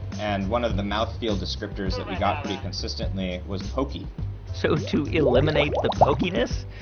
and one of the mouthfeel descriptors that we got pretty consistently was pokey so to eliminate the pokiness,